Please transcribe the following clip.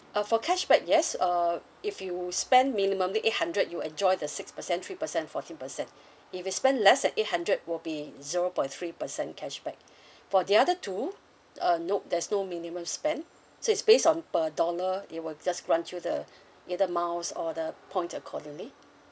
uh for cashback yes uh if you spend minimumly eight hundred you enjoy the six percent three percent fourteen percent if you spend less than eight hundred will be zero point three percent cashback for the other two uh nope there's no minimum spend so is based on per dollar it will just grant you the either miles or the points accordingly